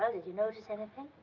ah did you notice anything?